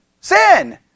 Sin